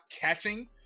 catching